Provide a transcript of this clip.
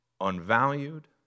unvalued